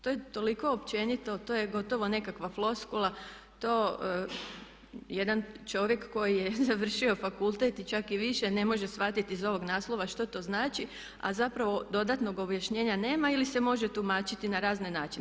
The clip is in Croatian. To je toliko općenito, to je gotovo nekakva floskula, to jedan čovjek koji je završio fakultet i čak i više ne može shvatiti iz ovog naslova što to znači a zapravo dodatnog objašnjenja nema ili se može tumačiti na razne načine.